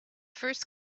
first